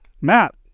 Matt